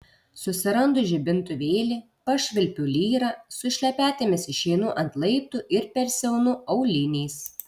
susirandu žibintuvėlį pašvilpiu lyrą su šlepetėmis išeinu ant laiptų ir persiaunu auliniais